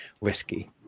risky